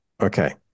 Okay